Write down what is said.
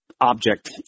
object